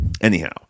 Anyhow